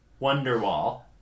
Wonderwall